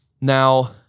Now